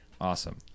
Awesome